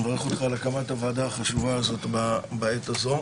אני מברך אותך על הקמת הוועדה החשובה הזאת בעת הזו.